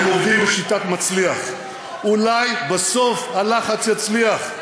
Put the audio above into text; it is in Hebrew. הם עובדים בשיטת מצליח, אולי בסוף הלחץ יצליח.